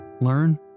learn